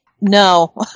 no